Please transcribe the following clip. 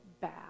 bad